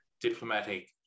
diplomatic